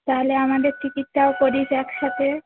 তাহলে আমাদের টিকিটটাও করিস একসাথে